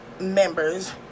members